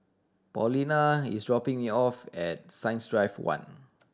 Paulina is dropping me off at Science Drive One